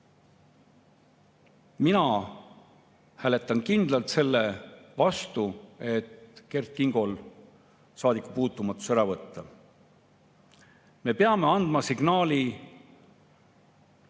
Mina hääletan kindlalt selle vastu, et Kert Kingolt saadikupuutumatus ära võtta. Me peame andma signaali